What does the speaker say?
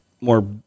more